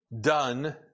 done